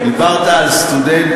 הארה, באל"ף, דיברת על סטודנטים.